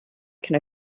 can